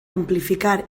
amplificar